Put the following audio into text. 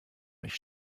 nicht